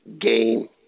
game